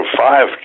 five